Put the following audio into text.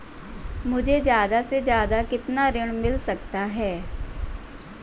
मुझे ज्यादा से ज्यादा कितना ऋण मिल सकता है?